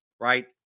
Right